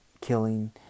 killing